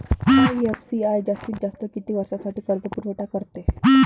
IFCI जास्तीत जास्त किती वर्षासाठी कर्जपुरवठा करते?